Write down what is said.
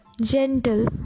gentle